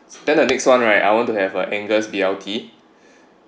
then the next one right I want to have a angus B_L_T